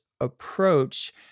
approach